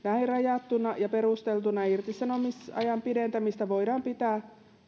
näin rajattuna ja perusteltuna irtisanomisajan pidentämistä voidaan pitää